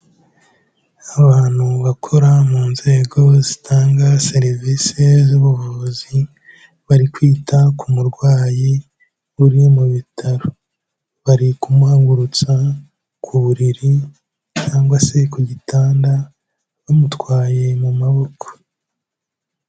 Abantu bakora mu nzego zitanga serivise z'ubuvuzi, bari kwita ku murwayi uri mu bitaro, bari kumuhagurutsa ku buriri cyangwa se ku gitanda bamutwaye mu maboko.